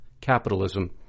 Capitalism